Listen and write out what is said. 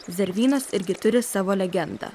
zervynos irgi turi savo legendą